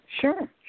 Sure